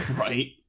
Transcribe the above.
Right